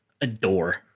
adore